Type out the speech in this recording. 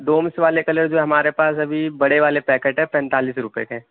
ڈومس والے کلر جو ہیں ہمارے پاس ابھی بڑے والے پیکٹ ہیں پینتالیس روپیے کے